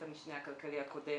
המשנה הכלכלי הקודם,